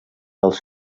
dels